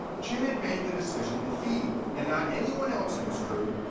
chin had made the decision that he, and not anyone else in his crew,